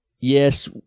yes